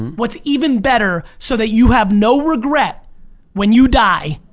what's even better so that you have no regret when you die,